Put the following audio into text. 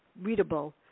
readable